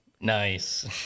Nice